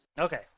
Okay